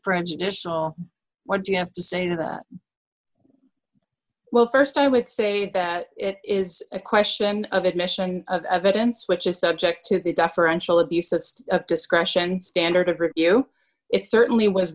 prejudicial what do you have to say that well st i would say that it is a question of admission of evidence which is subject to the deferential abuse of discretion standard of review it certainly was